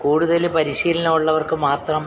കൂടുതൽ പരിശീലനമുള്ളവർക്ക് മാത്രം